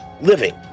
living